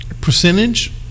Percentage